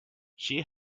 she